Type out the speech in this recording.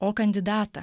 o kandidatą